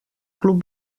club